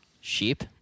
sheep